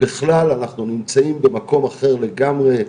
בכלל אנחנו נמצאים במקום אחר לגמרי.